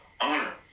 honor